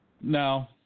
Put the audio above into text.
No